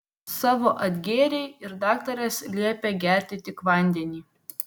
savo atgėrei ir daktaras liepė gerti tik vandenį